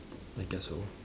I guess so